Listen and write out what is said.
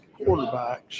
quarterbacks